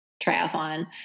triathlon